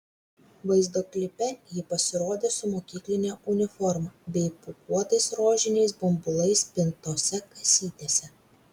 vaizdo klipe ji pasirodė su mokykline uniforma bei pūkuotais rožiniais bumbulais pintose kasytėse